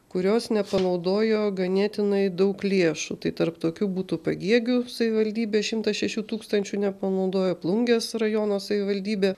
kurios nepanaudojo ganėtinai daug lėšų tai tarp tokių būtų pagėgių savivaldybė šimto šešių tūkstančių nepanaudojo plungės rajono savivaldybė